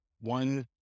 one